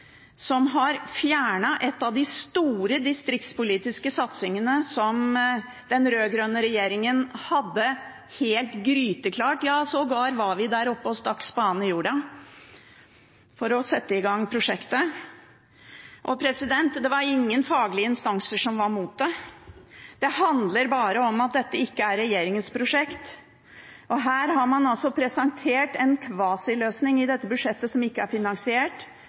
som har fjernet en av de store distriktspolitiske satsingene som den rød-grønne regjeringen hadde helt gryteklar. Vi var sågar der oppe og stakk spaden i jorda for å sette i gang prosjektet. Det var ingen faglige instanser som var mot det. Det handler bare om at dette ikke er regjeringens prosjekt. Her har man presentert en kvasiløsning i dette budsjettet, som ikke er finansiert,